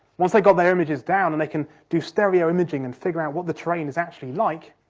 once they got their images down and they can do stereo imaging and figure out what the terrain is actually like.